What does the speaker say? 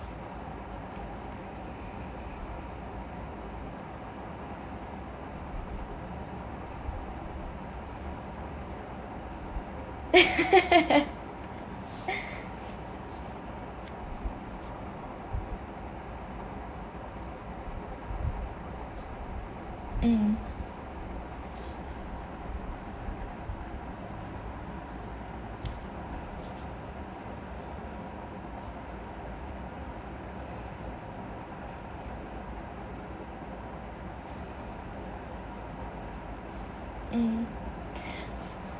mm mm